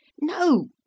No